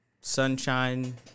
sunshine